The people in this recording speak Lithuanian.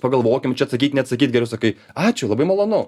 pagalvokim čia atsakyt neatsakyt geriau sakai ačiū labai malonu